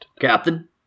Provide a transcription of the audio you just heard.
Captain